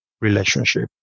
Relationship